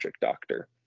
doctor